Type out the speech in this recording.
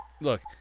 look